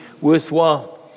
worthwhile